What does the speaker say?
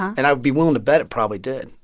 and i would be willing to bet it probably did.